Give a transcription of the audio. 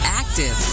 active